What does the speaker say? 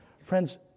Friends